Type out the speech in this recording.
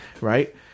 Right